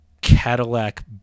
Cadillac